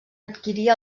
adquirir